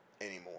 anymore